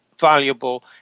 valuable